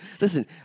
Listen